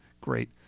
great